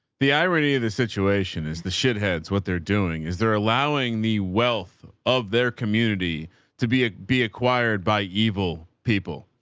the irony of the situation is the shitheads. what they're doing is they're allowing the wealth of their community to be, be acquired by evil people,